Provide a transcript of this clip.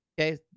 okay